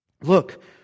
Look